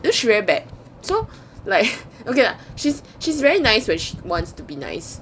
she very bad so like okay lah she's she's very nice when she wants to be nice